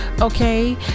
okay